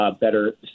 better